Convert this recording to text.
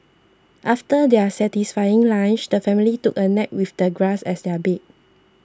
after their satisfying lunch the family took a nap with the grass as their bed